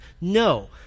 No